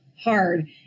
hard